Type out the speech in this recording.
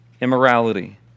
immorality